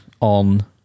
on